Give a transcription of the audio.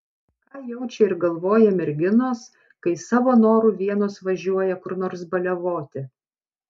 ką jaučia ir galvoja merginos kai savo noru vienos važiuoja kur nors baliavoti